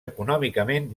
econòmicament